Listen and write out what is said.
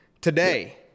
today